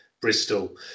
Bristol